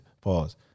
Pause